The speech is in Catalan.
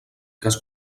cas